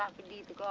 beneath the